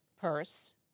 purse